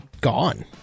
gone